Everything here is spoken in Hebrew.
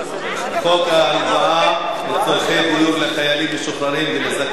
חוק הלוואה לצורכי דיור לחיילים משוחררים ולזכאים